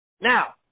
Now